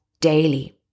daily